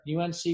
UNC